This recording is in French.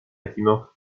bâtiment